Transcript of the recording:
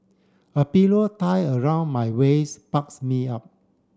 a pillow tie around my waist bulks me up